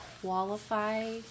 qualify